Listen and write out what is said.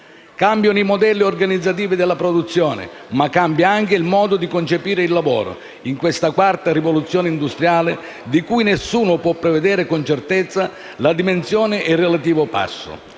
Cambiano i modelli organizzativi della produzione, ma cambia anche il modo di concepire il lavoro, in questa quarta rivoluzione industriale di cui nessuno può prevedere con certezza la dimensione e il relativo passo.